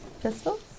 pistols